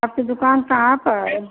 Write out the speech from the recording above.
आपकी दुकान कहाँ पर है